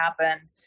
happen